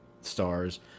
stars